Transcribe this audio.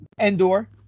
Endor